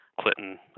Clinton